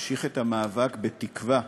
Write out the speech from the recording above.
ונמשיך את המאבק בתקווה,